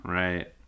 right